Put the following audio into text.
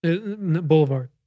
Boulevard